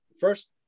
first